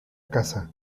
caza